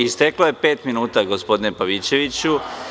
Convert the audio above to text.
Isteklo je pet minuta, gospodine Pavićeviću.